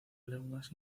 lenguas